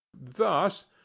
thus